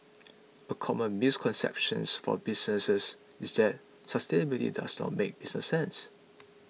a common misconceptions for businesses is that sustainability does not make business sense